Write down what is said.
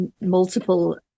multiple